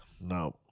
No